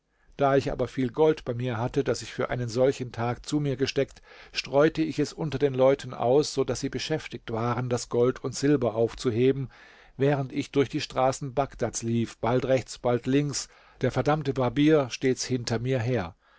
da ich aber viel gold bei mir hatte das ich für einen solchen tag zu mir gesteckt streute ich es unter den leuten aus so daß sie beschäftigt waren das gold und silber aufzuheben während ich durch die straßen bagdads lief bald rechts bald links der verdammte barbier stets hinter mir her